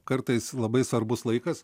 kartais labai svarbus laikas